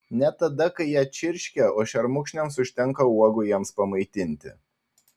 net tada kai jie čirškia o šermukšniams užtenka uogų jiems pamaitinti